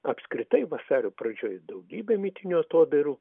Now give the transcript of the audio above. apskritai vasario pradžioj daugybė mitinių atodairų